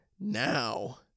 now